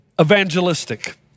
evangelistic